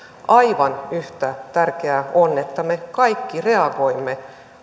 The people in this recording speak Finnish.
aivan yhtä tärkeää että me kaikki reagoimme